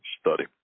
study